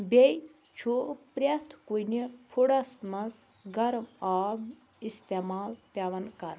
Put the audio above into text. بیٚیہِ چھُ پرٛٮ۪تھ کُنہِ فُڈَس منٛز گرم آب اِستعمال پٮ۪وان کَرُن